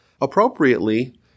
appropriately